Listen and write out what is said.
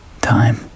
time